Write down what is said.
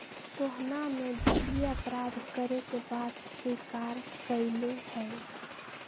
सोहना ने वित्तीय अपराध करे के बात स्वीकार्य कइले है